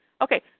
Okay